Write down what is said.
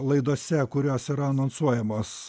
laidose kurios yra anonsuojamos